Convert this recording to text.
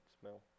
smell